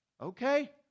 Okay